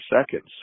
seconds